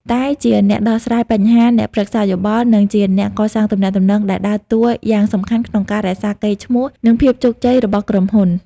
តែជាអ្នកដោះស្រាយបញ្ហា អ្នកប្រឹក្សាយោបល់ និងជាអ្នកកសាងទំនាក់ទំនង ដែលដើរតួយ៉ាងសំខាន់ក្នុងការរក្សាកេរ្តិ៍ឈ្មោះ និងភាពជោគជ័យរបស់ក្រុមហ៊ុន។